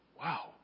Wow